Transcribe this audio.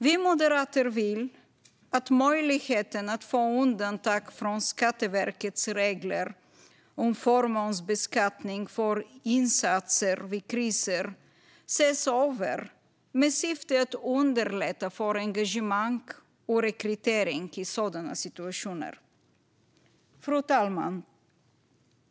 Vi moderater vill att möjligheten att få undantag från Skatteverkets regler om förmånsbeskattning för insatser vid kriser ses över med syfte att underlätta för engagemang och rekrytering i sådana situationer. Fru talman!